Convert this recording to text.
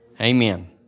Amen